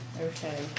Okay